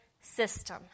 system